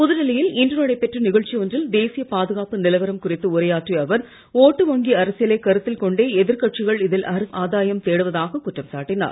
புதுடெல்லியில் இன்று நடைபெற்ற நிகழ்ச்சி ஒன்றில் தேசிய பாதுகாப்பு நிலவரம் குறித்து உரையாற்றிய அவர் ஓட்டு வங்கி அரசியலை கருத்தில் கொண்டே எதிர்க்கட்சிகள் இதில் அரசியல் ஆதாயம் தேடுவதாக குற்றம் சாட்டினார்